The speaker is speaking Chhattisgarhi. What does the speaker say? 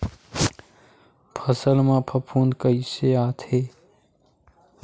फसल मा फफूंद कइसे आथे?